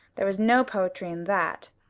there was no poetry in that.